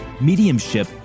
mediumship